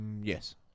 Yes